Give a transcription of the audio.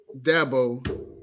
Dabo